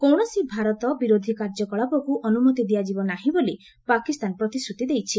କୌଣସି ଭାରତ ବିରୋଧୀ କାର୍ଯ୍ୟକଳାପକୁ ଅନୁମତି ଦିଆଯିବ ନାହିଁ ବୋଲି ପାକିସ୍ତାନ ପ୍ରତିଶ୍ରତି ଦେଇଛି